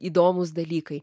įdomūs dalykai